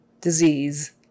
Disease